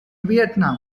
vietnam